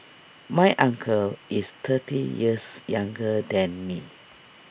my uncle is thirty years younger than me